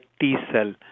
T-cell